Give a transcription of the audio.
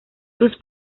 sus